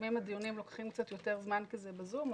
לפעמים הדיונים לוקחים קצת יותר זמן כי זה ב"זום",